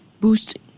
boost